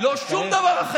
אבל אני אגיד לך,